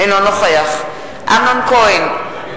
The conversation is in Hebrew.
אינו נוכח אמנון כהן,